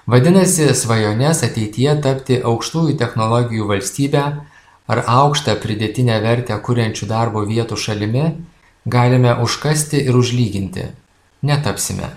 vadinasi svajones ateityje tapti aukštųjų technologijų valstybę ar aukštą pridėtinę vertę kuriančių darbo vietų šalimi galime užkasti ir užlyginti netapsime